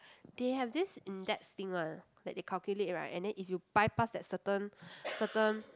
they have this index thing ah that they calculate right and then if you bypass that certain certain